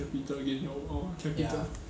capital gain oh oh capital